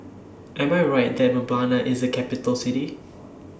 Am I Right that Mbabana IS A Capital City